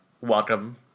Welcome